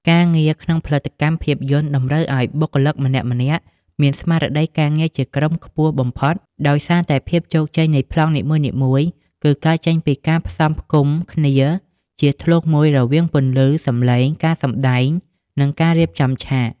ការងារក្នុងផលិតកម្មភាពយន្តតម្រូវឱ្យបុគ្គលម្នាក់ៗមានស្មារតីការងារជាក្រុមខ្ពស់បំផុត ដោយសារតែភាពជោគជ័យនៃប្លង់នីមួយៗគឺកើតចេញពីការផ្សំផ្គុំគ្នាជាធ្លុងមួយរវាងពន្លឺ សំឡេង ការសម្ដែង និងការរៀបចំឆាក។